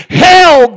hell